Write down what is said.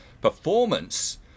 performance